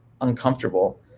uncomfortable